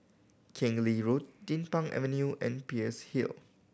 Keng Lee Road Din Pang Avenue and Peirce Hill